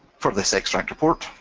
for this extract report,